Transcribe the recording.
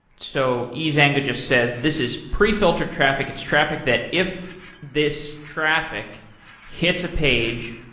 so ezanga just says, this is pre-filtered traffic. it's traffic that if this traffic hits a page,